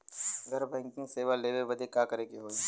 घर बैकिंग सेवा लेवे बदे का करे के होई?